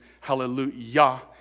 Hallelujah